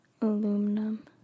aluminum